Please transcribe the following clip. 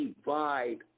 divide